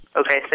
Okay